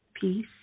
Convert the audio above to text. peace